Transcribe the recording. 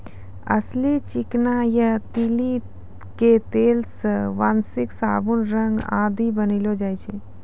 अलसी, चिकना या तीसी के तेल सॅ वार्निस, साबुन, रंग आदि बनैलो जाय छै